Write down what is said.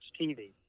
TV